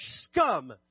scum